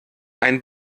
ein